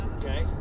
okay